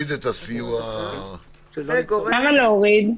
למה להוריד?